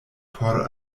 por